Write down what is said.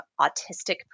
autistic